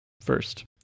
first